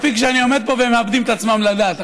מספיק שאני עומד פה והם מאבדים את עצמם לדעת.